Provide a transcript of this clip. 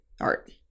art